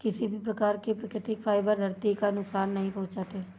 किसी भी प्रकार के प्राकृतिक फ़ाइबर धरती को नुकसान नहीं पहुंचाते